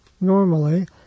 normally